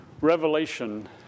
Revelation